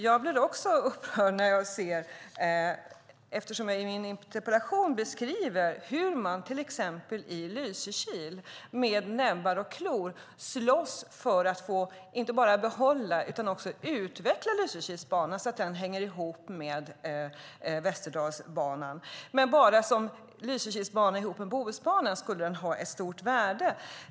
Jag blir också upprörd eftersom jag i min interpellation beskriver hur man i Lysekil slåss med näbbar och klor för att inte bara få behålla utan också utveckla Lysekilsbanan så att den hänger ihop med Västerdalsbanan. Bara som Lysekilsbanan ihop med Bohusbanan skulle den dock ha ett stort värde.